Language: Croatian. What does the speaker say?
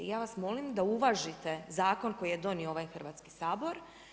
I ja vas molim da uvažite zakon koji je donio ovaj Hrvatski sabor.